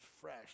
fresh